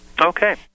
Okay